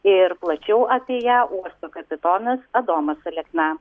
ir plačiau apie ją uosto kapitonas adomas alekna